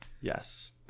Yes